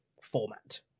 format